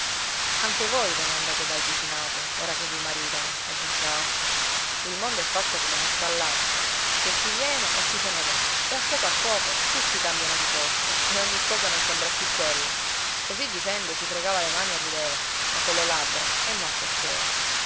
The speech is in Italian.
anche voi ve ne andate dal vicinato ora che vi maritano aggiunse alfio il mondo è fatto come uno stallatico che chi viene e chi se ne va e a poco a poco tutti cambiano di posto e ogni cosa non sembra più quella così dicendo si fregava le mani e rideva ma colle labbra e non col cuore